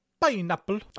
pineapple